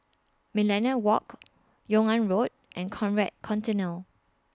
Millenia Walk Yung An Road and Conrad Centennial